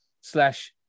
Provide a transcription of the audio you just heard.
slash